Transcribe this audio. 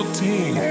team